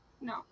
No